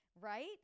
Right